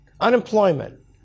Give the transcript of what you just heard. unemployment